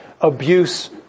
abuse